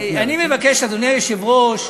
אני מבקש, אדוני היושב-ראש,